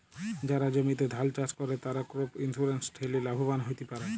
যারা জমিতে ধাল চাস করে, তারা ক্রপ ইন্সুরেন্স ঠেলে লাভবান হ্যতে পারে